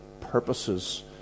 purposes